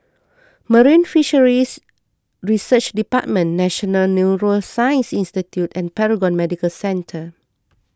Marine Fisheries Research Department National Neuroscience Institute and Paragon Medical Centre